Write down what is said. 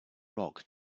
rock